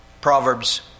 Proverbs